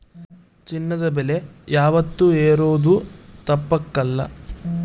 ಚಿನ್ನದ ಬೆಲೆ ಯಾವಾತ್ತೂ ಏರೋದು ತಪ್ಪಕಲ್ಲ